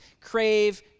crave